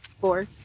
Four